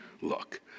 Look